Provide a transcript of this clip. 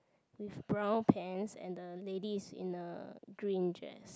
with brown pants and the lady is in a green dress